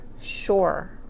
sure